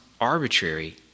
arbitrary